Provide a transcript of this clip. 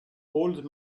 old